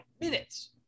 minutes